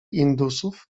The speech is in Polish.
indusów